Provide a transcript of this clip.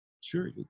Sure